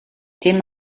dim